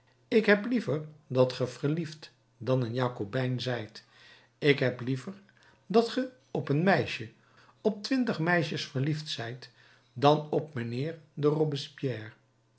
ik heb liever dat ge verliefd dan een jakobijn zijt ik heb liever dat ge op een meisje op twintig meisjes verliefd zijt dan op mijnheer de